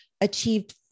achieved